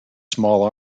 small